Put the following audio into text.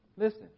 Listen